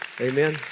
Amen